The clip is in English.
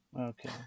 okay